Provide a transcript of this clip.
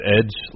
Edge